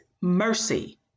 mercy